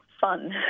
fun